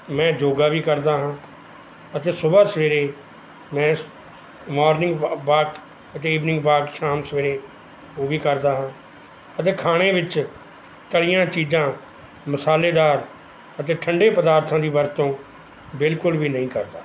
ਮੈਂ ਯੋਗਾ ਵੀ ਕਰਦਾ ਹਾਂ ਅਤੇ ਸੁਬਹਾ ਸਵੇਰੇ ਮੈਂ ਮਾਰਨਿੰਗ ਵਾਕ ਅਤੇ ਈਵਨਿੰਗ ਵਾਕ ਸ਼ਾਮ ਸਵੇਰੇ ਉਹ ਵੀ ਕਰਦਾ ਹਾਂ ਅਤੇ ਖਾਣੇ ਵਿੱਚ ਤਲੀਆਂ ਚੀਜ਼ਾਂ ਮਸਾਲੇਦਾਰ ਅਤੇ ਠੰਡੇ ਪਦਾਰਥਾਂ ਦੀ ਵਰਤੋਂ ਬਿਲਕੁਲ ਵੀ ਨਹੀਂ ਕਰਦਾ